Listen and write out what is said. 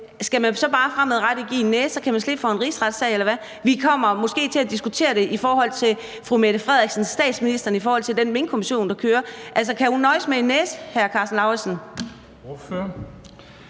om, man så bare fremadrettet skal give en næse, og så kan man slippe for en rigsretssag, eller hvad. Vi kommer måske til at diskutere det med hensyn til statsministeren i forhold til den minkkommission, der kører. Altså, kan hun nøjes med en næse, hr. Karsten Lauritzen?